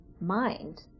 mind